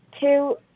two